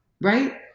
Right